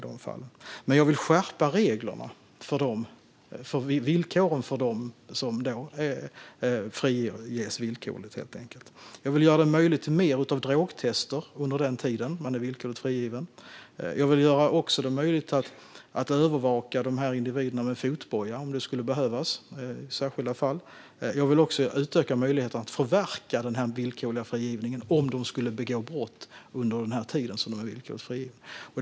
Jag vill dock skärpa reglerna och villkoren för dem som friges villkorligt. Jag vill göra det möjligt att utföra fler drogtester under den tid man är villkorligt frigiven. Jag vill göra det möjligt att övervaka dessa individer med fotboja om det skulle behövas i särskilda fall. Jag vill också utöka möjligheterna att förverka den villkorliga frigivningen om personerna skulle begå brott under den tid som de är villkorligt frigivna.